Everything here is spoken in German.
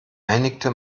einigte